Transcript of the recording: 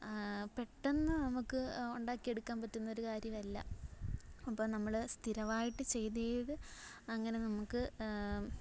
പെട്ടന്ന് നമുക്ക് ഉണ്ടാക്കിയെടുക്കാൻ പറ്റുന്നൊരു കാര്യമല്ല അപ്പം നമ്മൾ സ്ഥിരവായിട്ട് ചെയ്ത ചെയ്ത് അങ്ങനെ നമുക്ക്